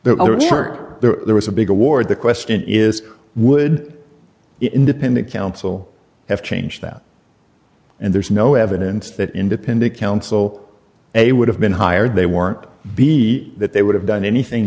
remember there was a big award the question is would the independent counsel have changed that and there's no evidence that independent counsel they would have been hired they weren't be that they would have done anything